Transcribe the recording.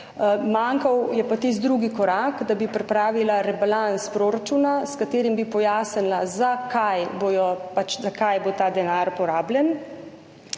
Manjkal je pa tisti drugi korak – da bi pripravila rebalans proračuna, s katerim bi pojasnila, za kaj bo ta denar porabljen.